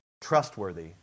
trustworthy